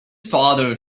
father